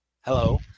Hello